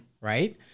Right